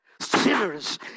Sinners